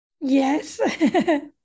Yes